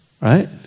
right